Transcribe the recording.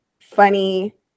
funny